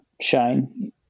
shine